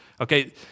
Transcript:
Okay